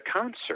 concert